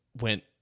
Went